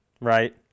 right